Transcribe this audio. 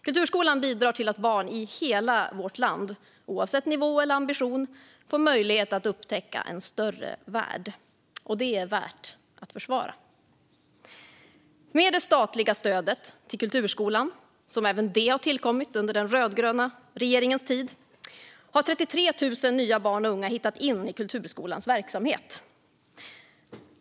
Kulturskolan bidrar till att barn i hela vårt land, oavsett nivå eller ambition, får möjlighet att upptäcka en större värld. Det är värt att försvara. Med det statliga stödet till kulturskolan, som även det har tillkommit under den rödgröna regeringens tid, har 33 000 nya barn och unga hittat in i kulturskolans verksamhet.